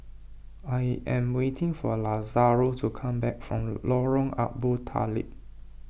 I am waiting for Lazaro to come back from Lorong Abu Talib